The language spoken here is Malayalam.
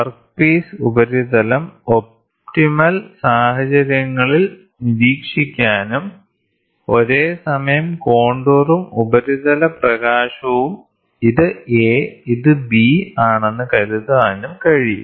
വർക്ക്പീസ് ഉപരിതലം ഒപ്റ്റിമൽ സാഹചര്യങ്ങളിൽ നിരീക്ഷിക്കാനും ഒരേസമയം കോണ്ടൂറും ഉപരിതല പ്രകാശവും ഇത് A ഇത് B ആണെന്ന് കരുതാനും കഴിയും